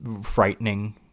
Frightening